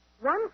One